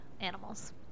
animals